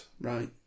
right